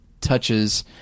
touches